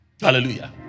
Hallelujah